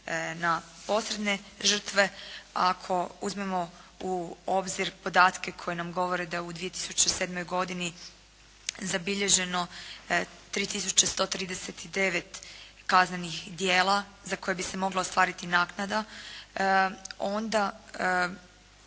na posredne žrtve. Ako uzmemo u obzir podatke koji nam govore da je u 2007. godini zabilježeno 3139 kaznenih djela za koje bi se mogla ostvariti naknada onda